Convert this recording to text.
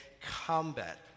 combat